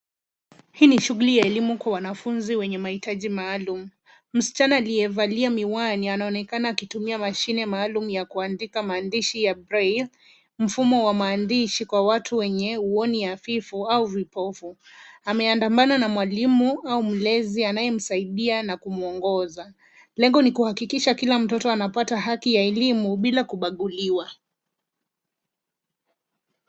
Hii ni shughuli ya elimu kwa wanafunzi wenye mahitaji maalum. Msichana aliyevaa miwani anaonekana akitumia mashine maalum ya kuandika maandishi ya braille , mfumo wa maandishi kwa watu wenye uoni hafifu au vipofu. Ameandamana na mwalimu au mlezi anayemsaidia na kumuongoza. Lengo ni kuhakikisha kila mtoto anapata haki ya elimu bila kubaguliwa.